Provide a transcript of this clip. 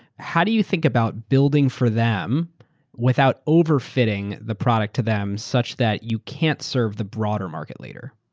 how do you think about building for them without overfitting the product to them such that you can't serve the broader market later?